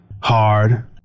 Hard